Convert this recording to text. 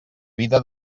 vida